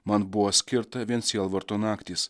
man buvo skirta vien sielvarto naktys